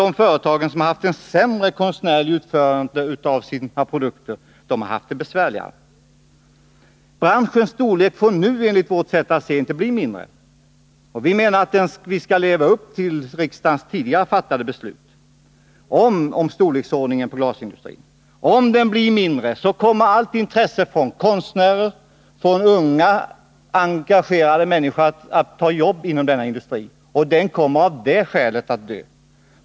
De företag som haft ett sämre konstnärligt utförande på sina produkter har haft det besvärligare. Branschen får nu enligt vårt sätt att se inte bli mindre. Vi menar att vi skall leva upp till riksdagens tidigare fattade beslut om storleken på glasindustrin. Om den blir mindre kommer allt intresse från konstnärer, från unga engagerade människor att ta jobb inom denna industri att bortfalla, och den kommer av det skälet att dö.